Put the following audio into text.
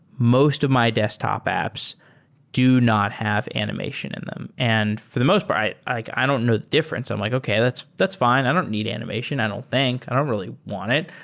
most of my desktop apps do not have animation in them. and for the most but part, i don't know the difference. i'm like, okay, that's that's fine. i don't need animation, i don't think. i don't really want it.